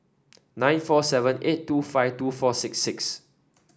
nine four seven eight two five two four six six